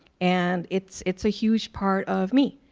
and it's it's a huge part of me.